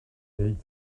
ell